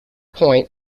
point